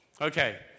Okay